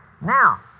Now